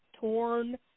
torn